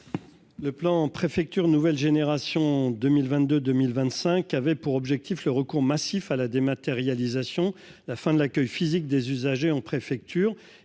Le plan préfectures nouvelle génération 2022 2025, avait pour objectif le recours massif à la dématérialisation, la fin de l'accueil physique des usagers en préfecture